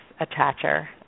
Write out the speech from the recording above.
attacher